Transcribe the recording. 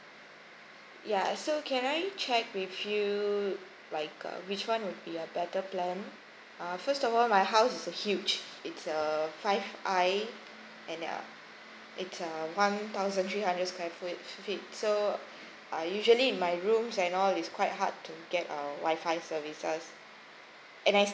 ya so can I check with you like err which one would be a better plan uh first of all my house is a huge it's a five I and uh it's a one thousand three hundred five square foot feet so uh usually in my rooms and all it's quite hard to get a wifi services and I